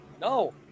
no